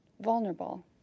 vulnerable